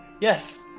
Yes